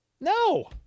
No